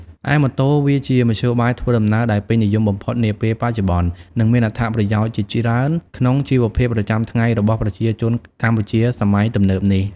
ឯម៉ូតូវាជាមធ្យោបាយធ្វើដំណើរដែលពេញនិយមបំផុតនាពេលបច្ចុប្បន្ន និងមានអត្ថប្រយោជន៍ជាច្រើនក្នុងជីវភាពប្រចាំថ្ងៃរបស់ប្រជាជនកម្ពុជាសម័យទំនើបនេះ ។